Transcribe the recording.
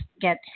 get